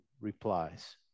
replies